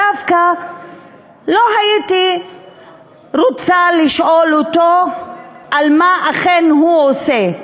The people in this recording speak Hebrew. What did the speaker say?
דווקא לא הייתי רוצה לשאול אותו מה אכן הוא עושה,